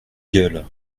gueule